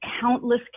Countless